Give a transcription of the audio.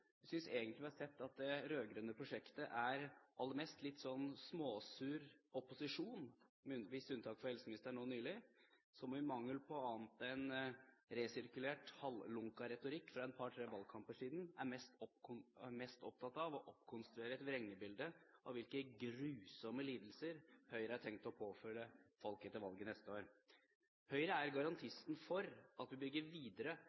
synes egentlig vi har sett at det rød-grønne prosjektet aller mest er en litt småsur opposisjon – med et visst unntak for helseministeren nå nylig – som i mangel på annet enn resirkulert halvlunken retorikk for en par–tre valgkamper siden er mest opptatt av å oppkonstruere et vrengebilde av hvilke grusomme lidelser Høyre har tenkt å påføre folk etter valget neste år. Høyre er garantisten for at vi bygger videre